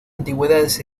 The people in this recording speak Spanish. antigüedades